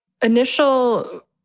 Initial